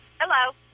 Hello